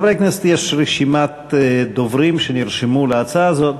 חברי הכנסת, יש רשימת דוברים שנרשמו להצעה הזאת.